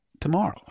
tomorrow